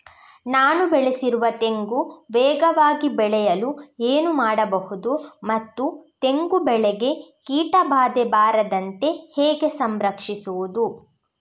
ನಾನು ಬೆಳೆಸಿರುವ ತೆಂಗು ವೇಗವಾಗಿ ಬೆಳೆಯಲು ಏನು ಮಾಡಬಹುದು ಮತ್ತು ತೆಂಗು ಬೆಳೆಗೆ ಕೀಟಬಾಧೆ ಬಾರದಂತೆ ಹೇಗೆ ಸಂರಕ್ಷಿಸುವುದು?